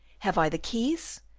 have i the keys?